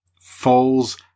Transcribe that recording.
falls